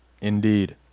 Indeed